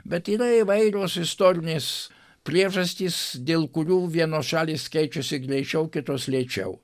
bet yra įvairios istorinės priežastys dėl kurių vienos šalys keičiasi greičiau kitos lėčiau